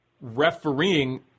refereeing